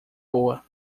boa